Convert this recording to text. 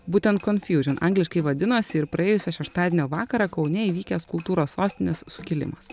būtent konfjužin angliškai vadinosi ir praėjusio šeštadienio vakarą kaune įvykęs kultūros sostinės sukilimas